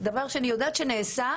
דבר שאני יודעת שנעשה,